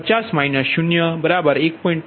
0 1